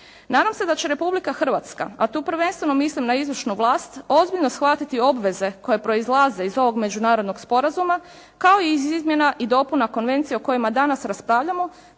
Nadam se da će Republika Hrvatska a tu prvenstveno mislim na izvršnu vlast ozbiljno shvatiti obveze koje proizlaze iz ovog međunarodnog sporazuma kao i iz izmjena i dopunama konvencije o kojima danas raspravljamo